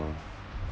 the